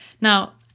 Now